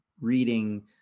reading